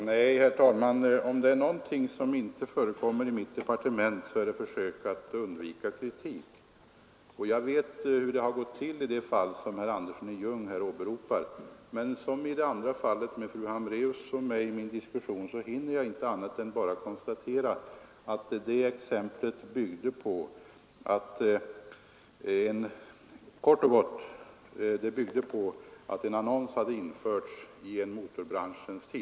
Herr talman! Om det är någonting som inte förekommer i mitt departement så är det försök att undvika kritik. Jag vet hur det har gått till i det fall som herr Andersson i Ljung här åberopar. Men liksom i min diskussion med fru Hambraeus hinner jag inte annat än kort och gott konstatera att exemplet byggde på att en annons hade införts i tidningen Motorbranschen.